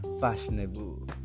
fashionable